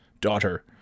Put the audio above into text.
daughter